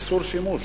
איסור שימוש,